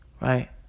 Right